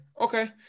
okay